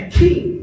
king